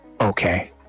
Okay